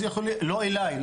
לא אליי.